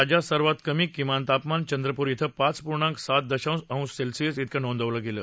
राज्यात सर्वात कमी किमान तापमान चंद्रप्र इथं पाच पूर्णांक सात दशांश अंश सेल्सियस इतकं नोंदवलं गेलं